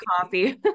coffee